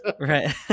Right